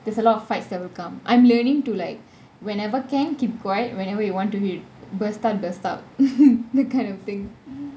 there's a lot of fights that will come I'm learning to like whenever can keep quiet whenever you want to burst out burst out that kind of thing